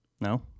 No